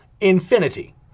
Infinity